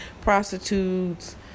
Prostitutes